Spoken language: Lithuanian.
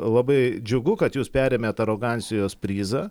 labai džiugu kad jūs perėmėt arogancijos prizą